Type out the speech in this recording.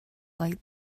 light